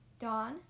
Dawn